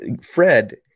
Fred